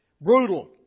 Brutal